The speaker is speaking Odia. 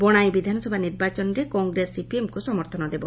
ବଶାଇ ବିଧାନସଭା ନିର୍ବାଚନରେ କଂଗ୍ରେସ ସିପିଏମ୍ କୁ ସମର୍ଥନ ଦେବ